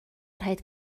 rhaid